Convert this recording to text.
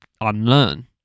unlearn